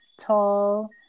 tall